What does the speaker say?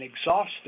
exhausted